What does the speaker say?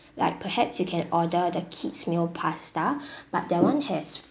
like perhaps you can order the kids meal pasta but that [one] has